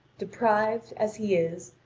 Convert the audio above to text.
deprived, as he is,